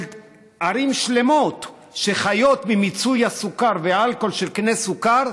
וערים שלמות חיות ממיצוי הסוכר והאלכוהול של קני הסוכר,